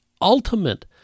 ultimate